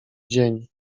dzień